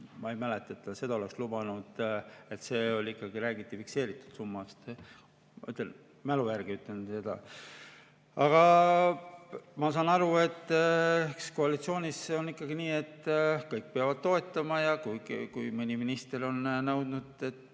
ma ei mäleta, et ta seda oleks lubanud, ikkagi räägiti fikseeritud summast. Ma mälu järgi ütlen seda. Aga ma saan aru, et koalitsioonis on ikka nii, et kõik peavad toetama. Ja kui mõni minister on nõudnud, et